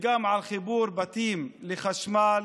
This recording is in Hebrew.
וגם על חיבור בתים לחשמל,